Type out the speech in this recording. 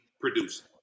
produced